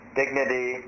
dignity